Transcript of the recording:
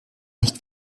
nicht